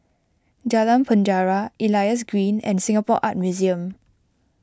Jalan Penjara Elias Green and Singapore Art Museum